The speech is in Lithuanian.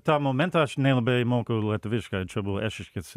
tą momentą aš nelabai moku lietuviškai čia buvo eišiškėse